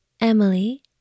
Emily